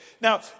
Now